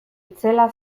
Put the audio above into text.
itzela